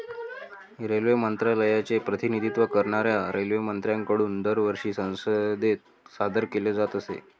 railway मंत्रालयाचे प्रतिनिधित्व करणाऱ्या रेल्वेमंत्र्यांकडून दरवर्षी संसदेत सादर केले जात असे